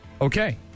okay